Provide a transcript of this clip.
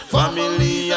family